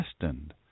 destined